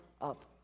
up